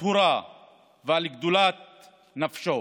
הטהורה ועל גדולת נפשו.